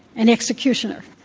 and executioner.